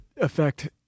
affect